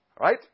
Right